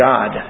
God